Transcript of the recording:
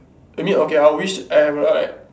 maybe okay I will wish I have like